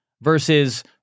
versus